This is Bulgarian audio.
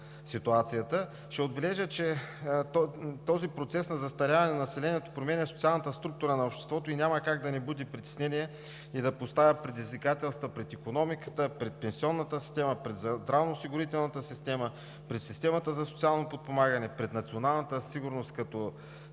ситуацията. Ще отбележа, че този процес на застаряване на населението променя социалната структура на обществото и няма как да не буди притеснение и да поставя предизвикателства пред икономиката, пред пенсионната система, пред здравноосигурителната система, през системата за социално подпомагане, пред националната сигурност като